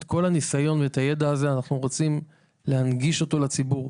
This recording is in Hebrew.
את כל הניסיון והידע הזה אנחנו רוצים להנגיש לציבור,